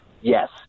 yes